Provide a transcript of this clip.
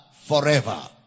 forever